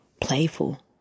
playful